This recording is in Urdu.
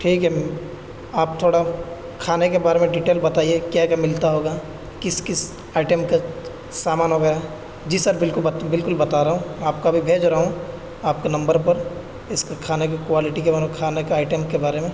ٹھیک ہے آپ تھوڑا کھانے کے بارے میں ڈیٹیل بتائیے کیا کیا ملتا ہوگا کس کس آئٹم کا سامان وغیرہ جی سر بالکل بتا رہا ہوں آپ کا بھی بھیج رہا ہوں آپ کے نمبر پر اس پر کھانے کے کوائلٹی کے بارے میں کھانے کا آئٹم کے بارے میں